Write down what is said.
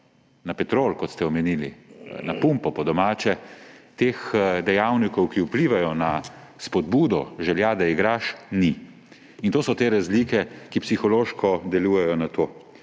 na Petrol, kot ste omenili, na pumpo po domače, teh dejavnikov, ki vplivajo na spodbudo želja, da igraš, ni. In to so te razlike, ki psihološko delujejo na to.